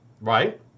right